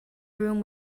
room